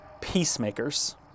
peacemakers